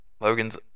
Logan's